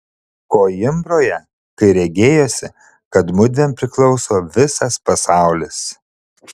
koimbroje kai regėjosi kad mudviem priklauso visas pasaulis